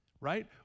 right